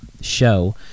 show